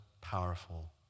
powerful